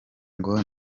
ngo